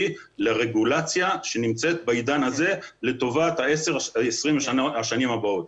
לרגולציה שנמצאת בעידן הזה לטובת 20 השנים הבאות.